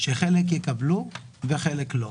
שחלק יקבלו וחלק לא.